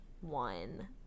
one